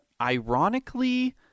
ironically